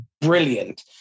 brilliant